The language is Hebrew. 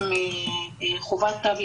יהיו אנשים קבועים ושהם בעלי תו ירוק.